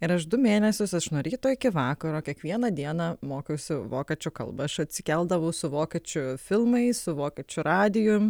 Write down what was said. ir aš du mėnesius aš nuo ryto iki vakaro kiekvieną dieną mokiausi vokiečių kalbą aš atsikeldavau su vokiečių filmais su vokiečių radijum